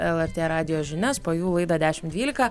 lrt radijo žinias po jų laida dešimt dvylika